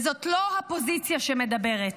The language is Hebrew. וזאת לא הפוזיציה שמדברת,